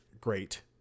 great